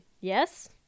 Yes